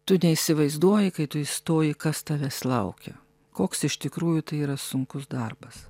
tu neįsivaizduoji kai tu įstoji kas tavęs laukia koks iš tikrųjų tai yra sunkus darbas